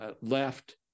Left